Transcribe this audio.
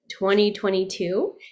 2022